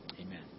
Amen